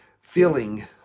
feeling